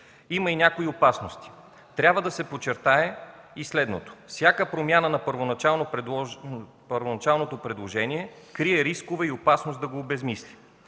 Има и някои опасности. Трябва да се подчертае следното. Всяка промяна на първоначалното предложение крие рискове и опасност да го обезсмисли.